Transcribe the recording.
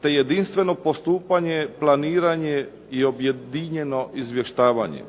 te jedinstveno postupanje, planiranje i objedinjeno izvještavanje.